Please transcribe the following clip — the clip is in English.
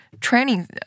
training